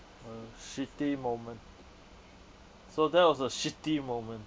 uh shitty moment so that was a shitty moment